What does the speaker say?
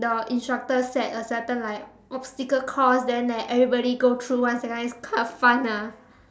the instructor set a certain like obstacle course then everybody go through once that kind it's quite fun ah